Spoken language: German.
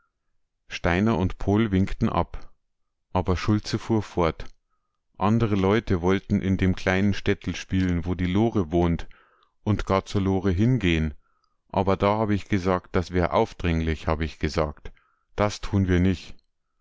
steiner und pohl winkten ab aber schulze fuhr fort andere leute wollten in dem kleinen städtel spielen wo die lore wohnt und gar zur lore hingehn aber da hab ich gesagt das wär aufdringlich hab ich gesagt das tun wir nich